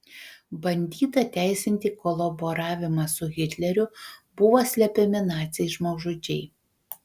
bandyta teisinti kolaboravimą su hitleriu buvo slepiami naciai žmogžudžiai